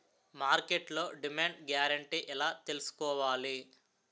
మార్కెట్లో demand guarantee ఎలా తెల్సుకోవాలి?